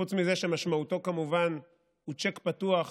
חוץ מזה שמשמעותו כמובן היא צ'ק פתוח